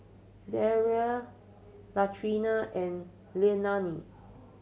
Darrell Latrina and Leilani